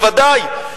בוודאי,